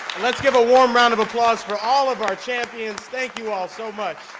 let's give a warm round of applause for all of our champions. thank you all so much.